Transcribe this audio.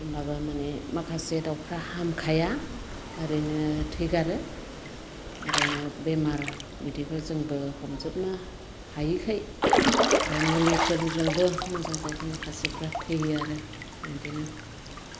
होमब्लाबो माने माखासे दाउफ्रा हामखाया ओरैनो थैगारो ओरैनो बेमार बिदिखौ जोंबो हमजोबनो हायैखाय आमफ्राय मुलिफोरजोंबो मोजां जायै माखासेफ्रा थैयो आरो बिदिनो